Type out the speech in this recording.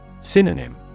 Synonym